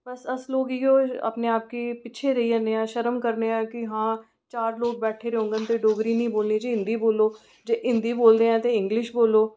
बस अस लोक इयो अपने आप गी पिच्छें रेही जन्ने आं शर्म करने आं कि हां चार लोग बैठे दे होङन ते डोगरी निं बोलनी जी हिंदी बोल्लो जे हिंदी बोलदे आं ते इंगलिश बोल्लो